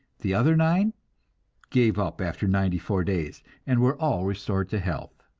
the other nine gave up after ninety-four days and were all restored to health.